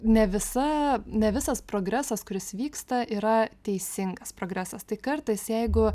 ne visa ne visas progresas kuris vyksta yra teisingas progresas tai kartais jeigu